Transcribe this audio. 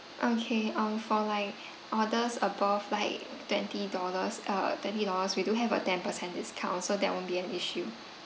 okay um for like orders above like twenty dollars uh twenty dollars we do have a ten percent discount so that won't be an issue